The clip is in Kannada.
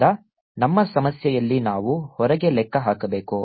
A 0Rωσrsinθ3 r≤R 0R4ωσsinθ3r2 r≥R ಆದ್ದರಿಂದ ನಮ್ಮ ಸಮಸ್ಯೆಯಲ್ಲಿ ನಾವು ಹೊರಗೆ ಲೆಕ್ಕ ಹಾಕಬೇಕು